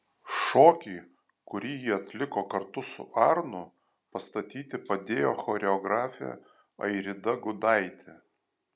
šokį kurį jį atliko kartu su arnu pastatyti padėjo choreografė airida gudaitė